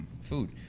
food